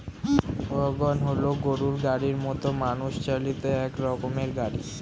wagon হল গরুর গাড়ির মতো মানুষ চালিত এক রকমের গাড়ি